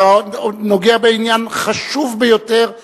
אתה נוגע בעניין חשוב ביותר,